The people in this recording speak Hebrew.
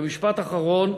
משפט אחרון: